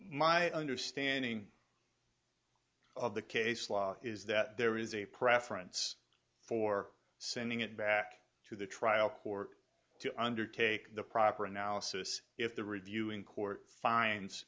my understanding of the case law is that there is a preference for sending it back to the trial court to undertake the proper analysis if the reviewing court fin